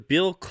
Bill